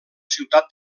ciutat